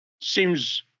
seems